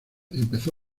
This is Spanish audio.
empezó